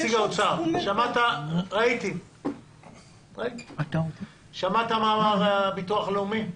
נציג האוצר, שמעת מה אמר נציג הביטוח הלאומי?